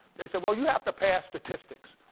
they said, well, you have to pass statistics.